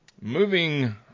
moving